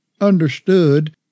understood